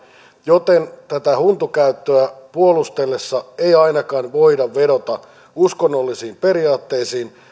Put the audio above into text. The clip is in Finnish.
joten tätä huntukäyttöä puolusteltaessa ei ainakaan voida vedota uskonnollisiin periaatteisiin